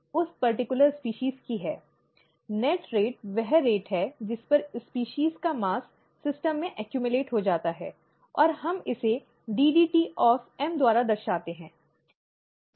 असल दर वह दर है जिस पर प्रजाति का द्रव्यमान सिस्टम में जमा हो जाता है और हम इसे ddt of m द्वारा दर्शाते हैं ठीक है